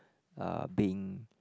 uh being